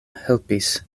helpis